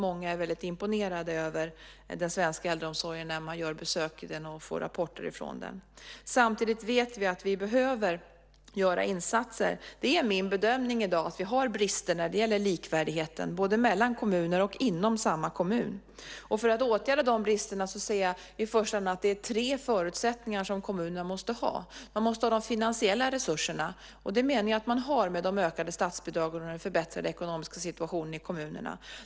Många är väldigt imponerade av den svenska äldreomsorgen när de besöker den och får rapporter från den. Samtidigt vet vi att vi behöver göra insatser. Det är min bedömning i dag att vi har brister när det gäller likvärdigheten, både mellan kommuner och inom samma kommun. För att åtgärda de bristerna ser jag att det i första hand är tre förutsättningar som kommunerna måste ha. De måste ha de finansiella resurserna, och det menar jag att de har med de ökade statsbidragen och den förbättrade ekonomiska situationen i kommunerna.